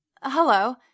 Hello